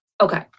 Okay